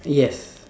yes